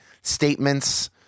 statements